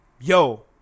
yo